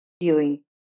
feeling